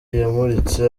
yamuritse